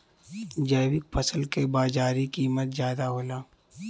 जैविक फसल क बाजारी कीमत ज्यादा होला